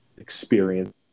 Experience